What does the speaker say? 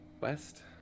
west